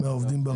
מהעובדים במדינה.